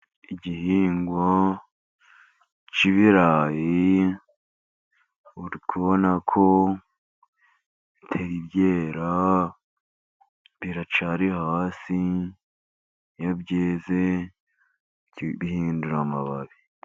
Igihingwa cy'ibirayi, uri kubona ko bitari byera, biracyari hasi, iyo byeze bihindura amababi.